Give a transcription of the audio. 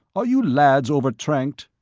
are you lads overtranked?